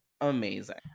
amazing